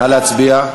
נא להצביע.